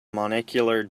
monocular